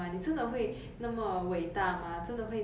I guess one very um basic